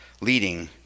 leading